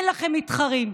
אין לכם מתחרים.